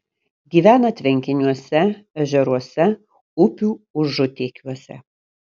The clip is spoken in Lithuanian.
gyvena tvenkiniuose ežeruose upių užutėkiuose